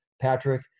Patrick